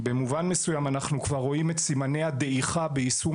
במובן מסוים אנחנו כבר רואים את סימני הדעיכה ביישום